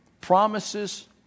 promises